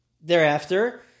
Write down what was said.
thereafter